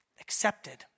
accepted